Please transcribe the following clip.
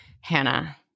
Hannah